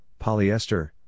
polyester